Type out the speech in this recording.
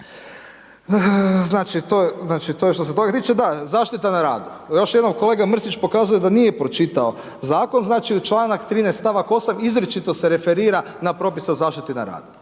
Znači to je što se toga tiče, da zaštita na radu, još jednom kolega Mrsić pokazuje da nije pročitao zakon znači članak 13. stavak 8. izričito se referira na propise o zaštiti na radu.